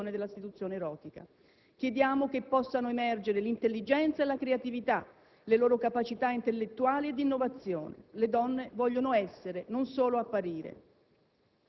funzione della seduzione erotica. Chiediamo che possano emergere l'intelligenza e la creatività delle donne, le loro capacità intellettuali e d'innovazione. Le donne vogliono essere, non solo apparire.